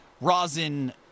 rosin